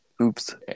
Oops